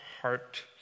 heart